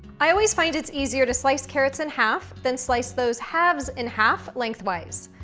i always find it's easier to slice carrots in half. then slice those halves in half lengthwise.